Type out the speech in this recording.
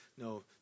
No